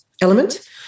element